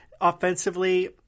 offensively